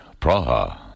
Praha